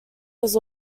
was